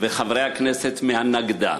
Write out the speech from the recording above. וחברי הכנסת מהנֶגדה,